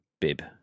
Bib